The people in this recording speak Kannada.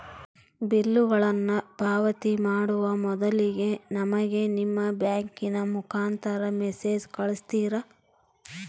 ಬಿಲ್ಲುಗಳನ್ನ ಪಾವತಿ ಮಾಡುವ ಮೊದಲಿಗೆ ನಮಗೆ ನಿಮ್ಮ ಬ್ಯಾಂಕಿನ ಮುಖಾಂತರ ಮೆಸೇಜ್ ಕಳಿಸ್ತಿರಾ?